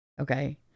okay